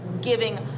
giving